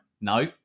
No